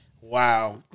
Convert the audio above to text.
Wow